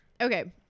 okay